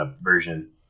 version